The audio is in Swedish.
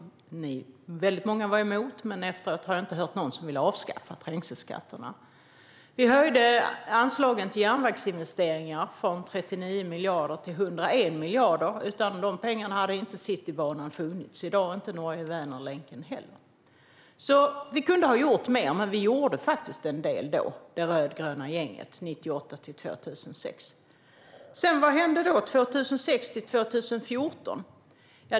Väldigt många var emot, men efteråt har jag inte hört någon som vill avskaffa den. Vi höjde anslagen till järnvägsinvesteringar från 39 till 101 miljarder. Utan dessa pengar hade Citybanan inte funnits i dag och inte Norge-Vänernlänken heller. Vi kunde ha gjort mer, men vi i det rödgröna gänget gjorde faktiskt en del 1998-2006. Vad hände sedan, 2006-2014?